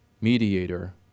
mediator